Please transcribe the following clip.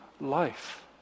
life